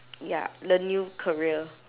ya the new career